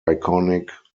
iconic